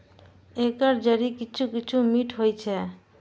एकर जड़ि किछु किछु मीठ होइ छै